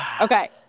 Okay